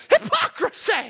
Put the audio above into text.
Hypocrisy